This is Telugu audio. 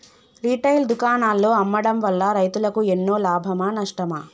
రిటైల్ దుకాణాల్లో అమ్మడం వల్ల రైతులకు ఎన్నో లాభమా నష్టమా?